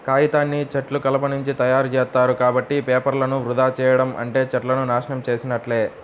కాగితాన్ని చెట్ల కలపనుంచి తయ్యారుజేత్తారు, కాబట్టి పేపర్లను వృధా చెయ్యడం అంటే చెట్లను నాశనం చేసున్నట్లే